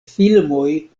filmoj